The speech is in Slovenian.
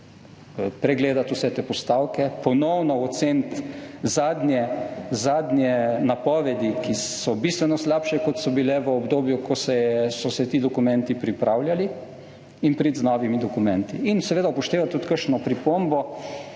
pregledati vse te postavke, ponovno oceniti zadnje napovedi, ki so bistveno slabše, kot so bile v obdobju, ko so se ti dokumenti pripravljali, in priti z novimi dokumenti. In seveda upoštevati tudi kakšno pripombo